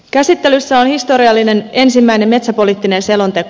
käsittelyssä on historiallinen ensimmäinen metsäpoliittinen selonteko